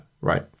Right